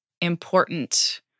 important